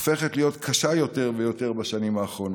הופכת להיות קשה יותר ויותר בשנים האחרונות.